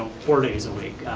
four days a week.